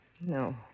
No